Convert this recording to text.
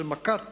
מכת